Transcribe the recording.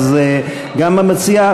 אז המציעה,